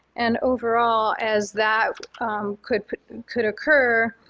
and overall as that could could occur,